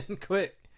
quick